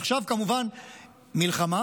ועכשיו כמובן מלחמה,